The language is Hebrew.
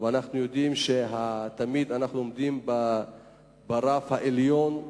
ואנחנו יודעים שתמיד אנחנו עומדים ברף העליון,